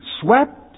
swept